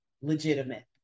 legitimate